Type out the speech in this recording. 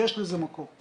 יש לזה מקור.